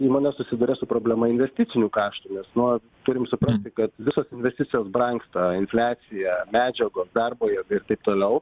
įmonė susiduria su problema investicinių kaštų nes nu turim suprasti kad visos investicijos brangsta infliacija medžiagos darbo jėga ir taip toliau